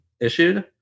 issued